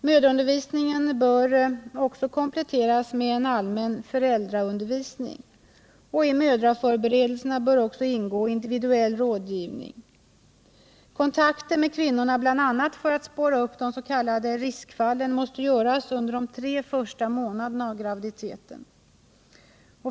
Mödraundervisningen bör också kompletteras med en allmän föräldraundervisning. I mödraförberedelserna bör också ingå individuell rådgivning. Kontakten med kvinnorna bl.a. för att spåra upp de s.k. riskfallen måste göras under de tre första månaderna av graviditeten.